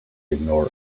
ignore